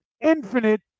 infinite